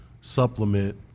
supplement